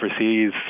overseas